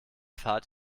fahrt